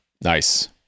Nice